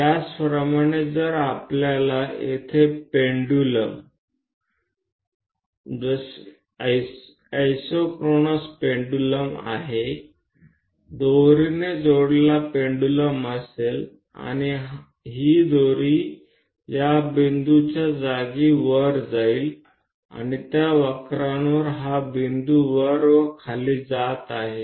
त्याचप्रमाणे जर आपल्याकडे येथे पेंडुलम इसोकरोनोस पेंडुलम आहे दोरीने जोडलेला पेंडुलम असेल आणि ही दोरी या बिंदूच्या जागी वर जाईल आणि त्या वक्रांवर हा बिंदू वर व खाली जात आहे